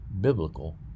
biblical